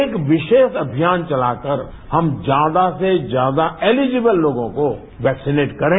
एक विशेष अभियान चलाकर हम ज्यादा से ज्यादा एलिजिबल लोगों को वैक्सीनेट करें